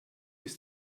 ist